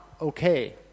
okay